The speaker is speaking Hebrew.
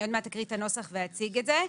אני עוד מעט אקריא את הנוסח ואציג את זה.